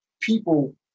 people